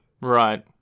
right